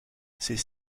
ces